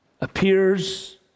appears